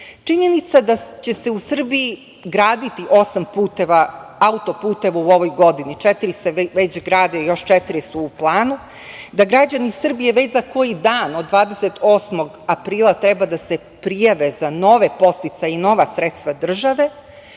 imidžu. Činjenica da će se u Srbiji graditi osam auto-puteva u ovoj godini, četiri se već grade još četiri su u planu, da građani Srbije već za koji dan od 28. aprila treba da se prijave za nove podsticaje i nova sredstva države,